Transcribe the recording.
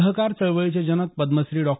सहकार चळवळीचे जनक पद्मश्री डॉ